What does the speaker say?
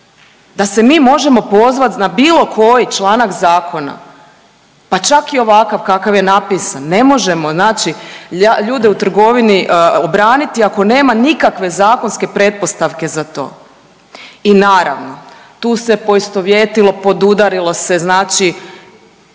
da se mi možemo pozvat na bilo koji članak zakona, pa čak i ovakav kakav je napisan, ne možemo znači ljude u trgovini obraniti ako nema nikakve zakonske pretpostavke za to. I naravno, tu se poistovjetilo, podudarilo se znači